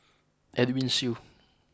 Edwin Siew